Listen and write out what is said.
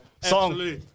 Song